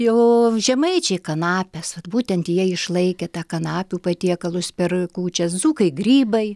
jau žemaičiai kanapes būtent jie išlaikė tą kanapių patiekalus per kūčias dzūkai grybai